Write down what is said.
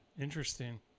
Interesting